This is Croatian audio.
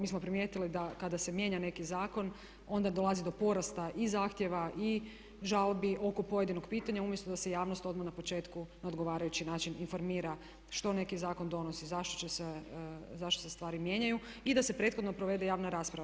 Mi smo primijetili da kada se mijenja neki zakon onda dolazi do porasta i zahtjeva i žalbi oko pojedinog pitanja umjesto da se javnost odmah na početku na odgovarajući način informira što neki zakon donosi, zašto se stvari mijenjaju i da se prethodno provede javna rasprava.